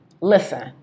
Listen